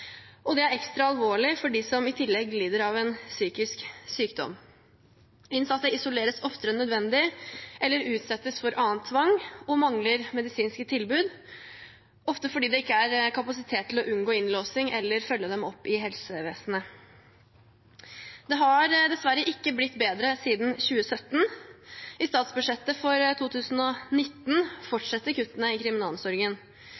og det er ekstra alvorlig for dem som i tillegg lider av en psykisk sykdom. Innsatte isoleres oftere enn nødvendig, eller utsettes for annen tvang, og mangler medisinsk tilbud, ofte fordi det ikke er kapasitet til å unngå innlåsing eller til å følge dem opp i helsevesenet. Det har dessverre ikke blitt bedre siden 2017. I statsbudsjettet for 2019